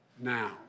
now